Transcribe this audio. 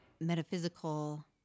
metaphysical